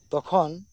ᱛᱚᱠᱷᱚᱱ